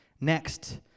Next